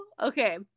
Okay